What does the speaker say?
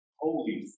holy